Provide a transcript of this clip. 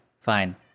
fine